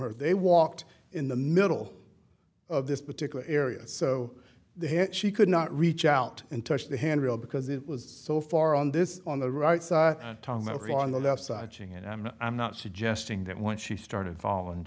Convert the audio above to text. her they walked in the middle of this particular area so the she could not reach out and touch the handrail because it was so far on this on the right side on the left side ching and i'm not i'm not suggesting that once she started falling